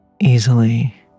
easily